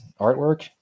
artwork